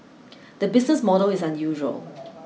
the business model is unusual